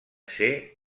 ser